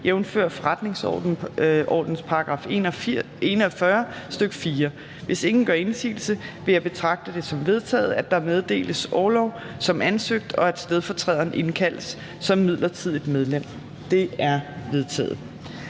2020, jf. forretningsordenens § 41, stk. 4. Hvis ingen gør indsigelse, vil jeg betragte det som vedtaget, at der meddeles orlov som ansøgt, og at stedfortræderen indkaldes som midlertidigt medlem. Det er vedtaget.